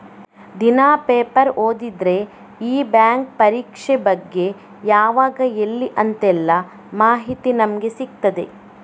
ದಿನಾ ಪೇಪರ್ ಓದಿದ್ರೆ ಈ ಬ್ಯಾಂಕ್ ಪರೀಕ್ಷೆ ಬಗ್ಗೆ ಯಾವಾಗ ಎಲ್ಲಿ ಅಂತೆಲ್ಲ ಮಾಹಿತಿ ನಮ್ಗೆ ಸಿಗ್ತದೆ